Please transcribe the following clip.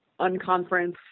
unconference